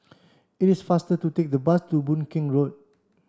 it is faster to take the bus to Boon Keng Road